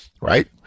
right